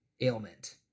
ailment